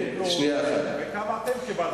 כמה הם קיבלו וכמה אתם קיבלתם,